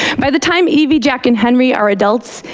by the time evie, jack and henry are adults,